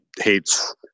hates